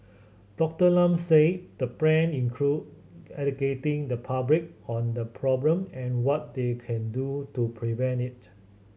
Doctor Lam said the plan include educating the public on the problem and what they can do to prevent it